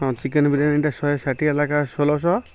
ହଁ ଚିକେନ୍ ବିରିୟାନିଟା ଶହେ ଷାଠିଏ ଲାଖା ଷୋଳଶ